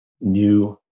new